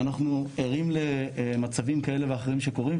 ואנחנו ערים למצבים כאלה ואחרים שקורים,